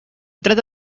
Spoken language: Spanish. trata